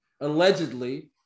allegedly